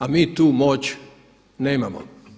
A mi tu moć nemamo.